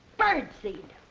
birdseed!